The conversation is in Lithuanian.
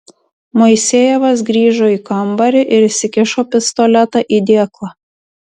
moisejevas grįžo į kambarį ir įsikišo pistoletą į dėklą